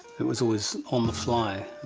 it was always on the fly,